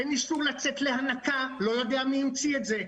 אין איסור לצאת להנקה, לא יודע מי המציא את זה.